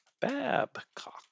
babcock